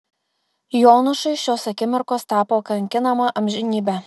jonušui šios akimirkos tapo kankinama amžinybe